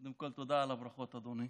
קודם כול תודה על הברכות, אדוני.